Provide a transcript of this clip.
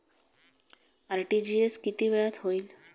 RTGS किती वेळात होईल?